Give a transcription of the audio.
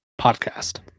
Podcast